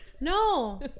no